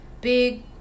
big